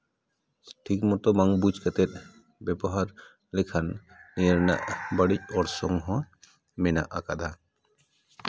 ᱴᱷᱤᱠ ᱢᱚᱛᱚ ᱵᱟᱝ ᱵᱩᱡᱽ ᱠᱟᱛᱮᱜ ᱵᱮᱵᱚᱦᱟᱨ ᱞᱮᱠᱷᱟᱱ ᱪᱮᱫ ᱨᱮᱱᱟᱜ ᱵᱟᱹᱲᱤᱡ ᱚᱨᱥᱚᱝ ᱦᱚᱸ ᱢᱮᱱᱟᱜ ᱟᱠᱟᱫᱟ